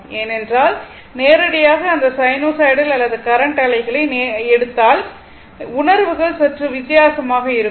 ஏனென்றால் நேரடியாக அந்த சைனூசாய்டல் அல்லது கரண்ட் அலைகளை நேரடியாக கொடுத்தால் உணர்வுகள் சற்று வித்தியாசமாக இருக்கும்